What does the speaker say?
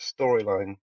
storyline